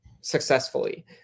successfully